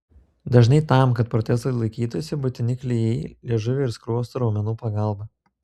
dažnai tam kad protezai laikytųsi būtini klijai liežuvio ir skruostų raumenų pagalba